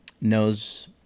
Knows